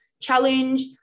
challenge